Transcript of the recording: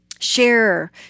Share